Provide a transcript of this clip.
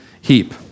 heap